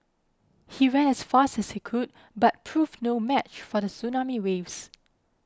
he ran as fast as he could but proved no match for the tsunami waves